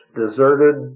deserted